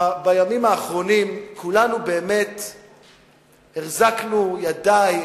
בימים האחרונים כולנו החזקנו ידיים,